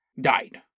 died